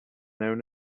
known